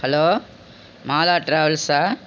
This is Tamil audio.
ஹலோ மாலா ட்ராவல்ஸா